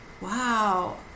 Wow